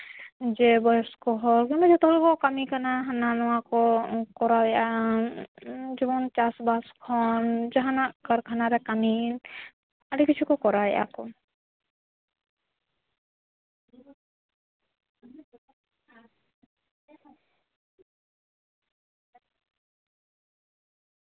ᱡᱮ ᱵᱚᱭᱚᱥᱠᱚ ᱦᱚᱲ ᱢᱟᱱᱮ ᱡᱚᱛᱚ ᱦᱚᱲ ᱠᱚ ᱠᱟᱹᱢᱤ ᱠᱟᱱᱟ ᱠᱚ ᱦᱟᱱᱟ ᱱᱟᱣᱟ ᱠᱚ ᱠᱚᱨᱟᱣᱮᱫᱼᱟ ᱡᱮᱢᱚᱱ ᱪᱟᱥᱼᱵᱟᱥ ᱠᱷᱚᱱ ᱡᱟᱦᱟᱱᱟᱜ ᱠᱟᱨᱠᱷᱟᱱᱟ ᱨᱮ ᱠᱟᱹᱢᱤ ᱟᱹᱰᱤ ᱠᱤᱪᱷᱩ ᱠᱚ ᱠᱚᱨᱟᱣᱮᱫᱼᱟ ᱠᱚ